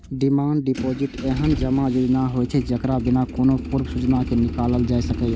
demand deposit एहन जमा योजना होइ छै, जेकरा बिना कोनो पूर्व सूचना के निकालल जा सकैए